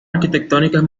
arquitectónicas